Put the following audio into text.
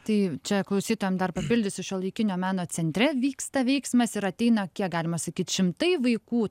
tai čia klausytojam dar papildysiu šiuolaikinio meno centre vyksta veiksmas ir ateina kiek galima sakyt šimtai vaikų